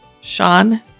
Sean